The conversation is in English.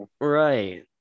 Right